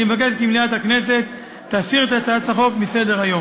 אני מבקש כי מליאת הכנסת תסיר את הצעת החוק מסדר-היום.